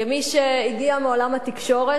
כמי שהגיעה מעולם התקשורת,